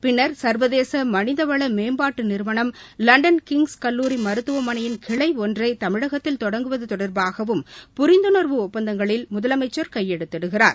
பின்னர் சர்வதேச மனிதவள மேம்பாட்டு நிறுவனம் லண்டன் கிய்ஸ் கல்லூரி மருத்துவமனையின் கிளை ஒன்றை தமிழகத்தில் தொடங்குவது தொடர்பாகவும் புரிந்துணர்வு ஒப்பந்தங்களில் முதலமைச்சர் கையெழுத்திடுகிறார்